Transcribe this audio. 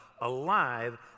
alive